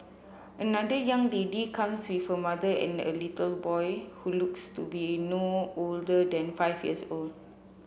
another young lady comes with her mother and a little boy who looks to be no older than five years old